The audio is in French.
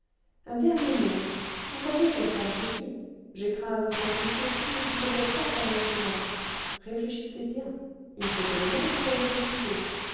un dernier mot vous voyez quelle femme je suis j'écrase sans pitié tout ce qui fait obstacle à mon chemin réfléchissez bien il faut que demain vous soyez décidé